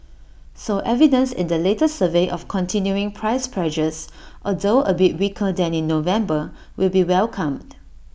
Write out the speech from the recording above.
so evidence in the latest survey of continuing price pressures although A bit weaker than in November will be welcomed